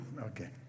Okay